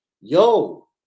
yo